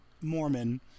Mormon